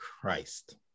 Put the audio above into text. Christ